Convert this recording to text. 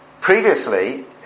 Previously